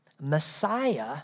Messiah